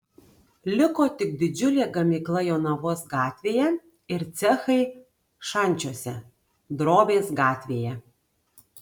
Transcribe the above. liko tik didžiulė gamykla jonavos gatvėje ir cechai šančiuose drobės gatvėje